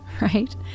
right